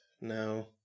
no